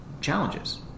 challenges